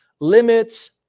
limits